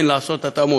כן, לערוך התאמות,